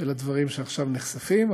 של הדברים שעכשיו נחשפים,